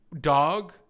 dog